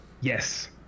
Yes